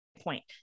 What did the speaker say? point